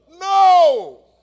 No